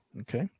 Okay